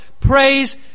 praise